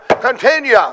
continue